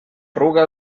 arruga